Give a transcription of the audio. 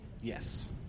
yes